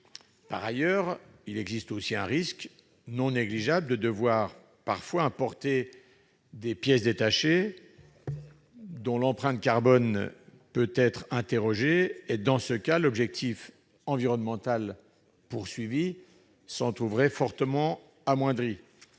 Par ailleurs, il existe aussi un risque non négligeable de devoir importer des pièces détachées dont l'empreinte carbone peut être interrogée. Dans ce cas, l'objectif environnemental visé s'en trouverait fort amoindri.